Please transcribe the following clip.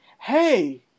hey